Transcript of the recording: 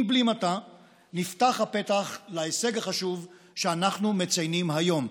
עם בלימתה נפתח הפתח להישג החשוב שאנחנו מציינים היום.